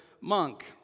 monk